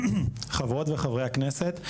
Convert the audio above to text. חברות וחברי הכנסת.